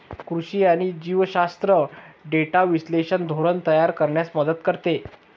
कृषी आणि जीवशास्त्र डेटा विश्लेषण धोरण तयार करण्यास मदत करते